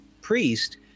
priest